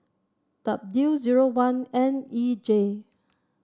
W zero one N E J